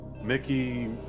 mickey